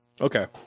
Okay